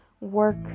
work